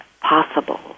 possible